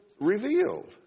revealed